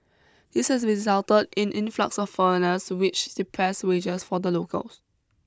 this has resulted in influx of foreigners which depressed wages for the locals